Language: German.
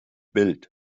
bild